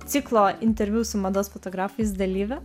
ciklo interviu su mados fotografais dalyvių